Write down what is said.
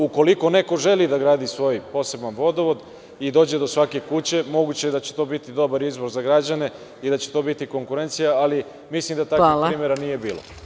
Ukoliko neko želi da gradi svoj poseban vodovod i dođe do svake kuće, moguće je da će to biti dobar izbor za građane i da će to biti konkurencija, ali mislim da takvih primera nije bilo.